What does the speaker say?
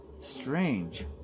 strange